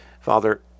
father